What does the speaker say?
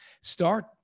Start